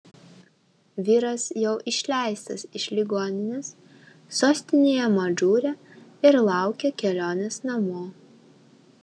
vyras jau išleistas iš ligoninės sostinėje madžūre ir laukia kelionės namo